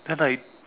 then I